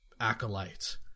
acolyte